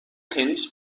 تنیس